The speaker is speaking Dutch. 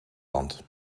land